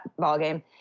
ballgame